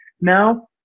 Now